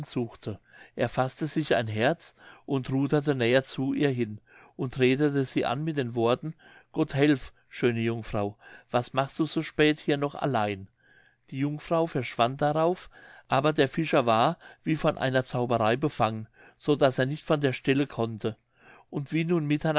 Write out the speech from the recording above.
suchte er faßte sich ein herz und ruderte näher zu ihr hin und redete sie an mit den worten gott helf schöne jungfrau was machst du so spät hier noch allein die jungfrau verschwand darauf aber der fischer war wie von einer zauberei befangen so daß er nicht von der stelle konnte und wie nun